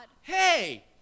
Hey